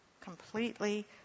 completely